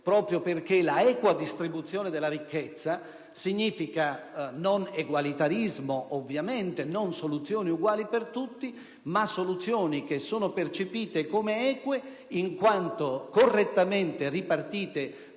proprio perché l'equa distribuzione della ricchezza significa non egualitarismo, ovviamente, non soluzioni uguali per tutti, ma soluzioni che siano percepite come eque in quanto correttamente ripartite